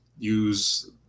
use